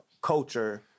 culture